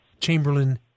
Chamberlain